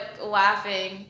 laughing